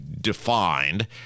defined